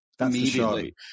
immediately